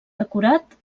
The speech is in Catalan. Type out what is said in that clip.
decorat